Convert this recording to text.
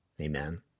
Amen